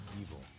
evil